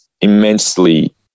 immensely